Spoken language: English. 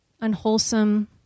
unwholesome